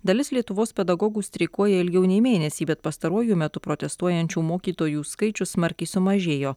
dalis lietuvos pedagogų streikuoja ilgiau nei mėnesį bet pastaruoju metu protestuojančių mokytojų skaičius smarkiai sumažėjo